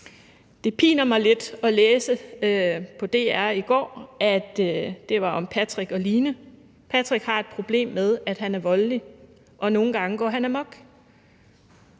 Det pinte mig lidt at læse om Patrick og Line på DR i går. Patrick har et problem med, at han er voldelig, og nogle gange går han amok.